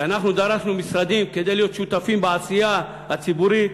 כשאנחנו דרשנו משרדים כדי להיות שותפים בעשייה הציבורית,